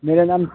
मेरा नाम